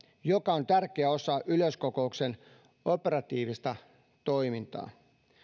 joka on tärkeä osa yleiskokouksen operatiivista toimintaa